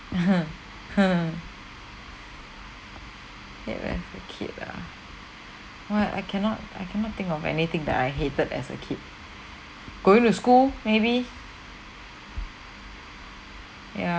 hate when I was a kid ah what I cannot I cannot think of anything that I hated as a kid going to school maybe ya